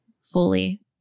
fully